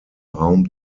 raum